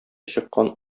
чыккан